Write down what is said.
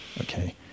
Okay